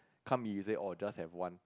can't be he say orh just have one